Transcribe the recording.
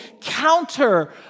counter